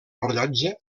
rellotge